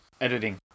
Editing